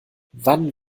wann